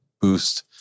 boost